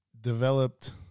developed